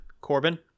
Corbin